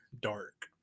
dark